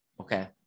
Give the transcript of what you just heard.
Okay